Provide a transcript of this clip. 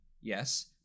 yes